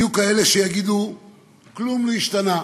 יהיו כאלה שיגידו שכלום לא השתנה,